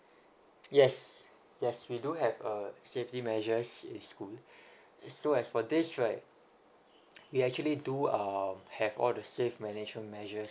yes yes we do have uh safety measures in school so as for this right we actually do um have all the safe management measures